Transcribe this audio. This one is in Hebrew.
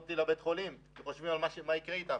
אותי לבית החולים כי חושבים על מה יקרה אתם.